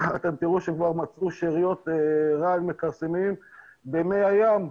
אתם תראו שכבר מצאו שאריות רעל מכרסמים במי הים.